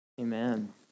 Amen